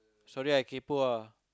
sorry I kaypo ah